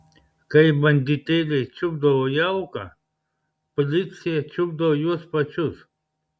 kai banditėliai čiupdavo jauką policija čiupdavo juos pačius